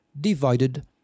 divided